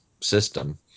system